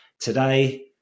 Today